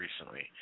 recently